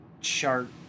chart